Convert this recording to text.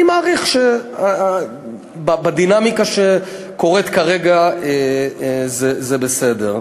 אני מעריך שבדינמיקה שקורית כרגע זה בסדר.